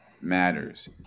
matters